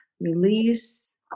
release